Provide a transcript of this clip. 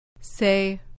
Say